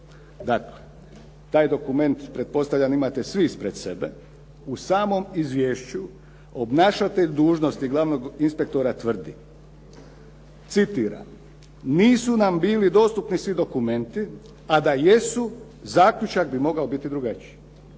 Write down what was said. bitnije, taj dokument pretpostavljam imate svi ispred sebe, u samom izvješću obnašatelj dužnosti glavnog inspektora tvrdi, citiram: "Nisu nam bili dostupni svi dokumenti, a da jesu zaključak bi mogao biti drugačiji."